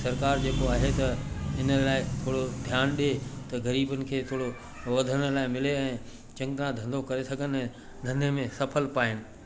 सरकार जेको आहे त हिन लाइ थोरो ध्यान ॾिए त ग़रीबनि खे थोरो वधण लाइ मिले ऐं चङी तरह धंधो करे सघनि ऐं धंधे में सफ़ल पाइनि